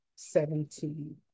Seventeen